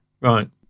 right